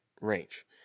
range